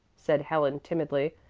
said helen timidly,